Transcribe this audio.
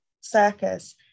circus